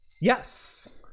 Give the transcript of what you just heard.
Yes